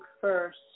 first